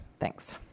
Thanks